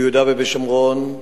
ביהודה ושומרון: